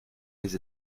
des